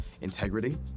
integrity